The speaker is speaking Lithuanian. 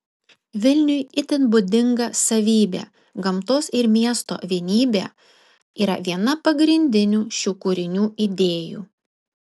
vilniui itin būdinga savybė gamtos ir miesto vienybė yra viena pagrindinių šių kūrinių idėjų